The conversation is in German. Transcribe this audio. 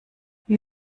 wie